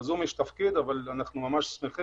לזום יש תפקיד, אבל אנחנו ממש מסכימים